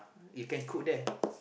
you can cook there